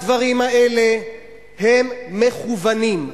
הדברים האלה הם מכוונים.